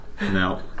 No